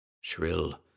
Shrill